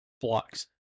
blocks